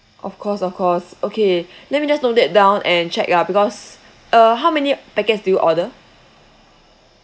of course of course okay let me just note that down and check ah because uh how many packets do you order